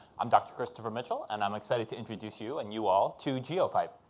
i'm dr. christopher mitchell and i'm excited to introduce you, and you all, to geopipe.